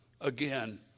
again